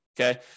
Okay